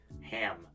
Ham